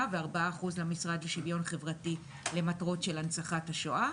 ו-4% למשרד לשוויון חברתי למטרות של הנצחת השואה,